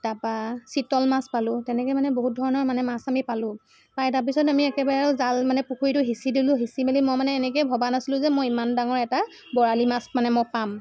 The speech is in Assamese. তাৰপৰা চিতল মাছ পালো তেনেকৈ মানে বহুত ধৰণৰ মানে মাছ আমি পালোঁ পাই তাৰপাছত আমি একেবাৰে জাল মানে পুখুৰীটো সিঁচি দিলোঁ সিঁচি মেলি মই মানে এনেকৈ ভবা নাছিলো যে মই ইমান ডাঙৰ এটা বৰালি মাছ মানে মই পাম